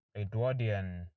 edwardian